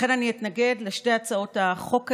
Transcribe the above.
לכן אני אתנגד לשתי הצעות החוק האלה.